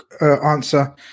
answer